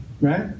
Right